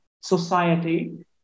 society